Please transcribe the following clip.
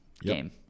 game